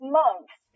months